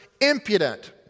impudent